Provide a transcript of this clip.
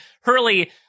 Hurley